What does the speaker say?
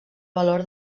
valor